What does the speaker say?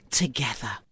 together